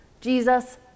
Jesus